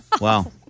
Wow